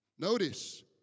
Notice